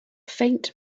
faint